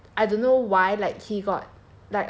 after that I don't know why like he got